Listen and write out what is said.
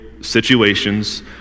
situations